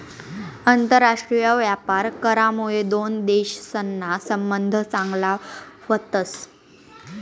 आंतरराष्ट्रीय व्यापार करामुये दोन देशसना संबंध चांगला व्हतस